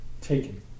taken